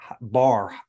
bar